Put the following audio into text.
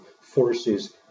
forces